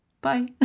bye